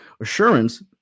assurance